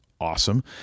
awesome